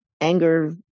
anger